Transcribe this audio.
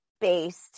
based